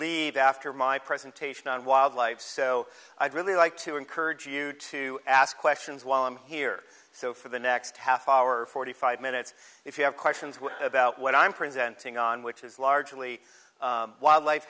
leave after my presentation on wildlife so i'd really like to encourage you to ask questions while i'm here so for the next half hour forty five minutes if you have questions about what i'm presenting on which is largely wildlife